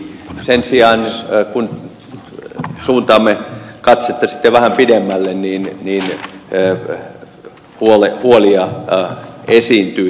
sen sijaan kun suuntaamme katsetta sitten vähän pidemmälle niin huolia esiintyy